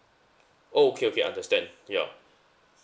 oh okay okay understand yeah